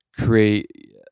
create